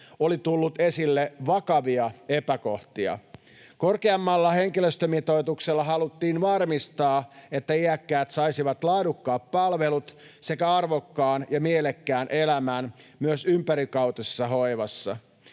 oli tullut esille vakavia epäkohtia. Korkeammalla henkilöstömitoituksella haluttiin varmistaa, että iäkkäät saisivat laadukkaat palvelut sekä arvokkaan ja mielekkään elämän myös ympärivuorokautisessa hoivassa.